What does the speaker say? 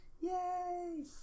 Yay